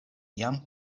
jam